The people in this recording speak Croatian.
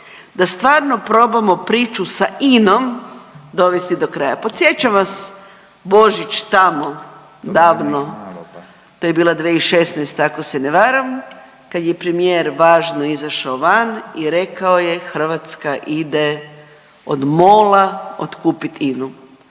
da stvarno probamo priču sa INA-om dovesti do kraja. Podsjećam vas Božić tamo davno to je bila 2016. ako se ne varam kad je premijer važno izašao van i rekao je Hrvatska ide od MOL-a otkupit INA-u.